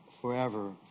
forever